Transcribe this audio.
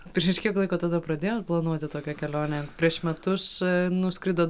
prieš kiek laiko tada pradėjot planuoti tokią kelionę prieš metus nuskridot